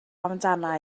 amdana